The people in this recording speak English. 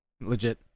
Legit